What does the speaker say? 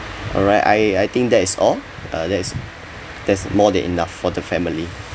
alright I I think that is all uh that is that's more than enough for the family